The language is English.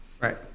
Right